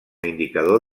indicador